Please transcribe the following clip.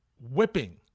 whipping